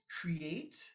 create